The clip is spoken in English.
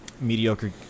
mediocre